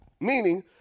Meaning